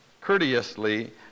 courteously